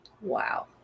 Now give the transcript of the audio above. wow